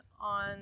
on